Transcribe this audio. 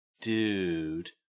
dude